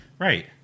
Right